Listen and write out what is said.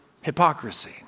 hypocrisy